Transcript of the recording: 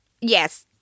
yes